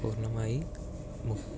പൂർണ്ണമായി മു